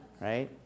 right